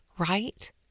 right